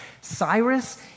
Cyrus